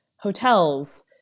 hotels